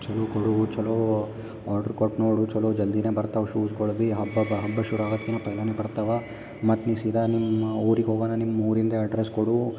ಚಲೋ ಕೊಡೂ ಚಲೋ ಆರ್ಡ್ರು ಕೊಟ್ಟು ನೋಡು ಚಲೋ ಜಲ್ದಿನೇ ಬರ್ತಾವ ಶೂಸ್ಗಳು ಬಿ ಹಬ್ಬ ಹಬ್ಬ ಶುರು ಆಗೋದ್ಕಿನ ಪೆಹಲೆನೇ ಬರ್ತಾವ ಮತ್ತು ನೀ ಸೀದಾ ನಿಮ್ಮ ಊರಿಗೆ ಹೋಗೋನ ನಿಮ್ಮ ಊರಿಂದೆ ಅಡ್ರೆಸ್ ಕೊಡು